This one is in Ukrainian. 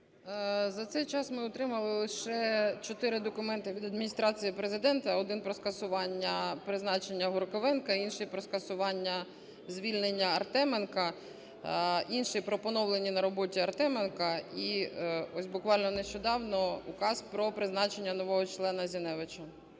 За цей час ми отримали лише чотири документи від адміністрації Президента: один – про скасування призначення Горковенка, інший – про скасування звільнення Артеменка, інший – про поновлення на роботі Артеменка, і ось буквально нещодавно - Указ про призначення нового члена Зіневича.